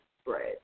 spread